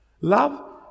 Love